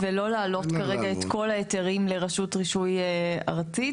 ולא להעלות כרגע את כל ההיתרים לרשות רישוי ארצית,